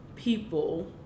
people